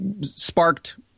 sparked